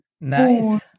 nice